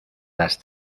las